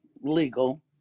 legal